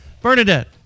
Bernadette